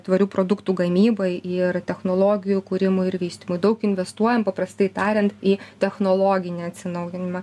tvarių produktų gamybai ir technologijų kūrimui ir vystymui daug investuojam paprastai tariant į technologinį atsinaujinimą